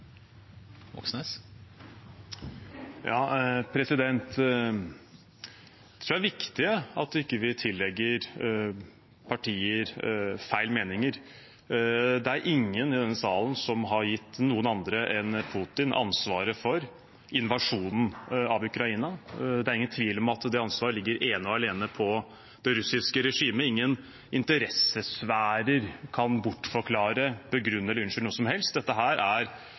er viktig at vi ikke tillegger partier feil meninger. Det er ingen i denne salen som har gitt noen andre enn Putin ansvaret for invasjonen av Ukraina. Det er ingen tvil om at det ansvaret ene og alene ligger på det russiske regimet. Ingen interessesfærer kan bortforklare, begrunne eller unnskylde noe som helst. Dette er